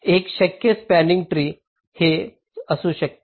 एक शक्य spanning tree हे असू शकते